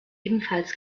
ebenfalls